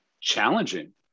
challenging